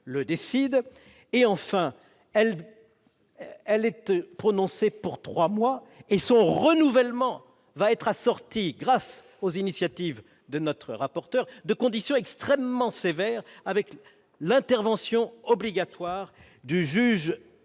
le décide et enfin elle elle être prononcée pour 3 mois et son renouvellement va être assorti, grâce aux initiatives de notre rapporteur de conditions extrêmement sévère avec l'intervention obligatoire du juge